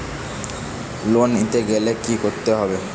Loan নিতে গেলে কি করতে হবে?